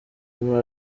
muri